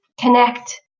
connect